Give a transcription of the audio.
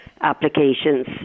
applications